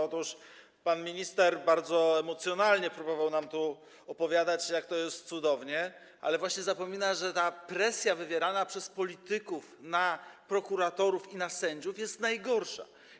Otóż pan minister bardzo emocjonalnie próbował nam tu opowiadać, jak to jest cudownie, ale zapomina, że właśnie presja wywierana przez polityków na prokuratorów i na sędziów jest najgorsza.